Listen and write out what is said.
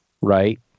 right